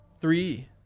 Three